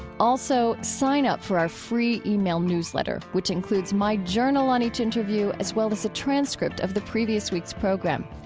also, sign up for our free e-mail newsletter, which includes my journal on each interview as well as a transcript of the previous week's program.